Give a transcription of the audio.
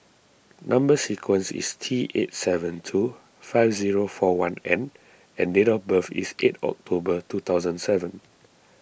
Number Sequence is T eight seven two five zero four one N and date of birth is eight October two thousand seven